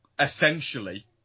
Essentially